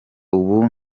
ubu